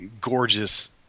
gorgeous